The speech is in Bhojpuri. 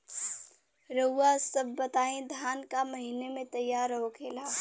रउआ सभ बताई धान क महीना में तैयार होखेला?